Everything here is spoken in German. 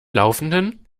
laufenden